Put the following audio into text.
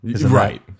Right